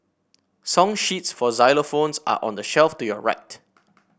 song sheets for xylophones are on the shelf to your right